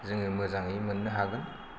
जोङो मोजाङै मोननो हागोन